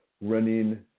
running